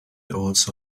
also